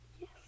Yes